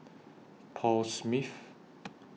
Paul Smith